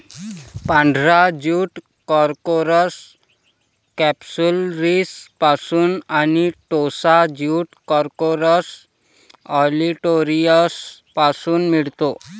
पांढरा jute corchorus कॅप्सुलरिसपासून आणि टोसा ज्यूट कॉर्कोरस ऑलिटोरियसपासून मिळतो